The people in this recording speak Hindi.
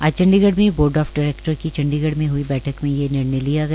आज चंडीगढ़ मे बोर्ड आफ डायरेक्टर की चंडीगढ़ में हुई बैठक में ये निर्णय लिया गया